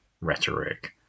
rhetoric